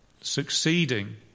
Succeeding